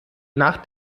nach